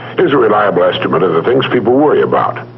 here's a reliable estimate of the things people worry about.